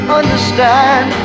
understand